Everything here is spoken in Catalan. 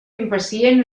impacient